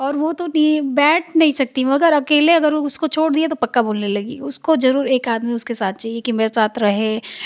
और वो तो बैठ नहीं सकती अगर अकेले अगर उसको छोड़ दिये तो पक्का बोलने लगेगी उसको जरूर एक आदमी उसके साथ चाहिए की मेरे साथ रहे